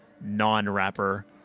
non-rapper